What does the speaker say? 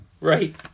right